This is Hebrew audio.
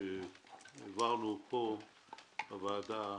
שהעברנו פה בוועדה,